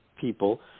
people